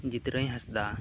Jitrai Hansda